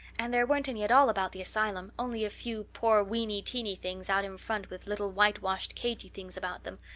and there weren't any at all about the asylum, only a few poor weeny-teeny things out in front with little whitewashed cagey things about them.